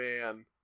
man